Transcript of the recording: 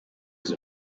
izo